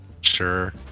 sure